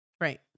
Right